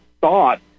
thought